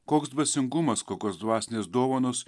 koks dvasingumas kokios dvasinės dovanos